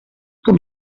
com